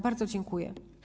Bardzo dziękuję.